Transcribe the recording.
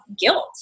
guilt